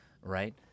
right